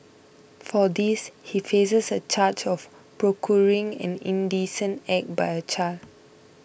for this he faces a charge of procuring an indecent act by a child